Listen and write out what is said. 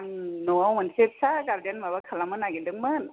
आं न'आव मोनसे फिसा गार्डेन माबा खालामनो नागिरदोंमोन